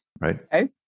right